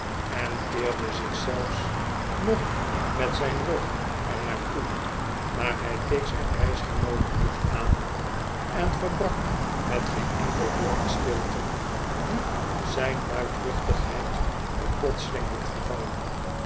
en keerde zich zelfs nog met zijn rug er naar toe maar hij keek zijn reisgenoot niet aan en verbrak met geen enkel woord de stilte die zijn luidruchtigheid nu plotseling had vervangen